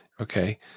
Okay